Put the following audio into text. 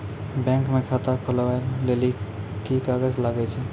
Bank म खाता खोलवाय लेली की की कागज लागै छै?